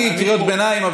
אני אפשרתי קריאות ביניים,